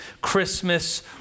Christmas